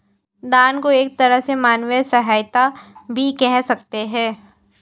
दान को एक तरह से मानवीय सहायता भी कह सकते हैं